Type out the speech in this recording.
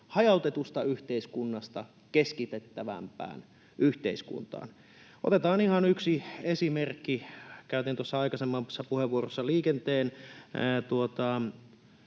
hajautetusta yhteiskunnasta keskitettävämpään yhteiskuntaan. Otetaan ihan yksi esimerkki: Käytin tuossa aikaisemmassa puheenvuorossa liikenteen